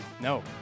No